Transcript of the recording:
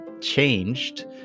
changed